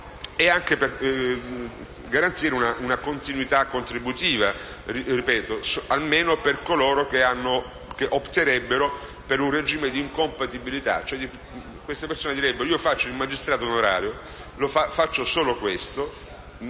Camera, per garantire continuità contributiva almeno per coloro che opterebbero per un regime di incompatibilità. Queste persone direbbero: «Faccio il magistrato onorario, faccio solo questo